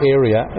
area